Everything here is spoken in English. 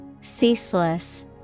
Ceaseless